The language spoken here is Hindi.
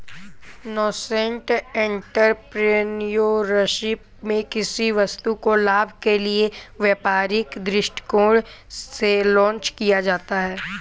नासेंट एंटरप्रेन्योरशिप में किसी वस्तु को लाभ के लिए व्यापारिक दृष्टिकोण से लॉन्च किया जाता है